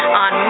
on